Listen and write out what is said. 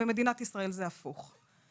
במדינת ישראל זה הפוך.